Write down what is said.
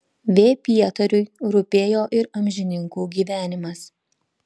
v pietariui rūpėjo ir amžininkų gyvenimas